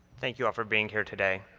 thank you all for being here today.